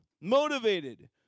motivated